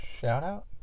Shout-out